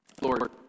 Lord